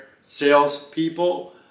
salespeople